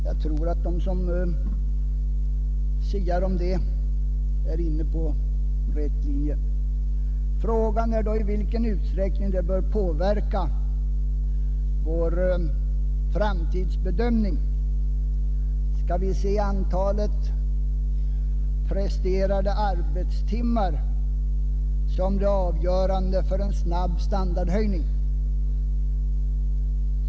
Jag tror att de som siar om detta är inne på rätt linje. Frågan är då i vilken utsträckning det bör påverka vår framtidsbedömning. Skall vi se antalet presterade arbetstimmar som det avgörande för en snabb standardhöjning?